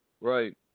Right